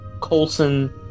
Colson